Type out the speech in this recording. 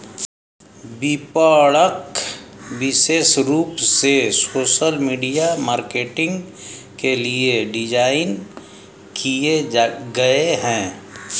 विपणक विशेष रूप से सोशल मीडिया मार्केटिंग के लिए डिज़ाइन किए गए है